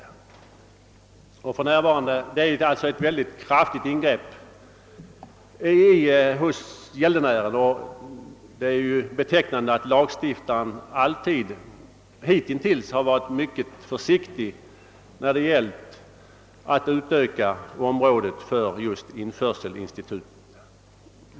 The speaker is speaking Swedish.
Det är alltså fråga om ett mycket kraftigt ingrepp när det gäller gäldenärens löneförmåner. Det är också betecknande att lagstiftaren hittills alltid varit mycket försiktig med att utöka området för tillämpningen av införselinstitutet.